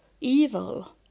evil